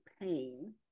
pain